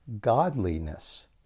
godliness